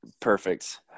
Perfect